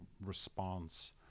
response